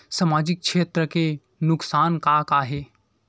सामाजिक क्षेत्र के नुकसान का का हे?